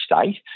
state